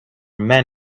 men